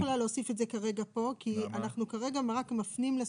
אני לא יכולה כרגע להוסיף את זה כאן כי אנחנו כרגע רק מפנים לסעיפים.